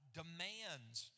demands